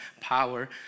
power